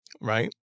right